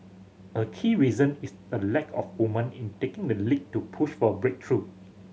a key reason is the lack of woman in taking the lead to push for a breakthrough